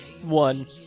one